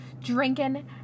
drinking